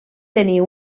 tenir